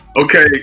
Okay